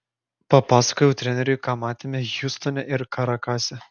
papasakojau treneriui ką matėme hjustone ir karakase